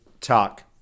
talk